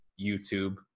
YouTube